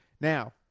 Now